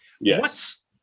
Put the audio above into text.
Yes